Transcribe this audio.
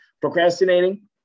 Procrastinating